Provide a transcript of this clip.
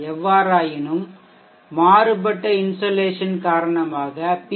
எவ்வாறாயினும் மாறுபட்ட இன்சோலேஷன் காரணமாக பி